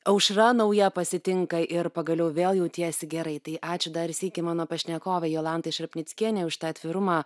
aušra nauja pasitinka ir pagaliau vėl jautiesi gerai tai ačiū dar sykį mano pašnekovei jolantai šarpnickienei už tą atvirumą